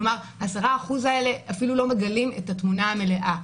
כלומר, 10% האלה אפילו לא מגלים את התמונה המלאה.